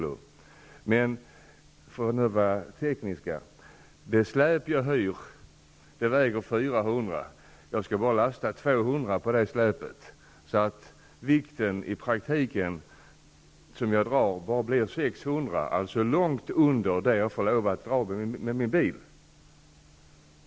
Antag vidare att det släp jag hyr väger 400 kg och att jag skall lasta bara 200 kg på det, så att vikten som jag drar i praktiken bara blir 600 kg, alltså långt under det jag får lov att dra med min bil.